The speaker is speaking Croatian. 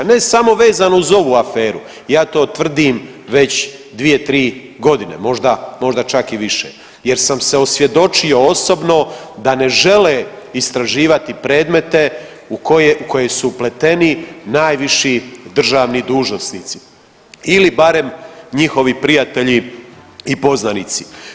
Ne samo vezano uz ovu aferu, ja to tvrdim već 2-3 godine možda, možda čak i više jer sam se osvjedočio osobno da ne žele istraživati predmete u koje su upleteni najviši državni dužnosnici ili barem njihovi prijatelji ili poznanici.